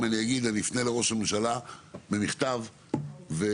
אם אגיד שאני אפנה לראש הממשלה במכתב ואבקש